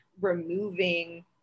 removing